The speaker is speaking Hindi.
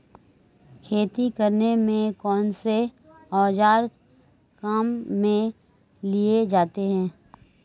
खेती करने में कौनसे औज़ार काम में लिए जाते हैं?